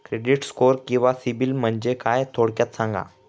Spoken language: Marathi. क्रेडिट स्कोअर किंवा सिबिल म्हणजे काय? थोडक्यात सांगा